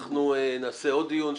אנחנו נקיים עוד דיון,